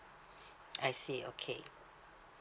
I see okay